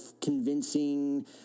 convincing